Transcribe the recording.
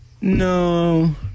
No